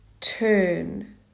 turn